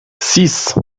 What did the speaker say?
six